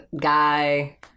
guy